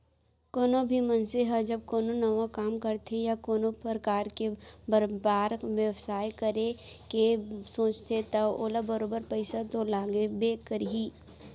कोनो भी मनसे ह जब कोनो नवा काम करथे या कोनो परकार के बयपार बेवसाय करे के सोचथे त ओला बरोबर पइसा तो लागबे करही